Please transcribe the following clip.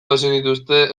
bazenituzte